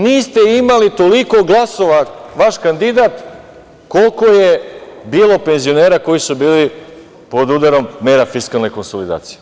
Niste imali toliko glasova, vaš kandidat koliko je bilo penzionera koji su bili pod udarom mera fiskalne konsolidacije.